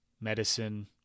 medicine